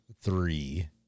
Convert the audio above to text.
three